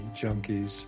junkies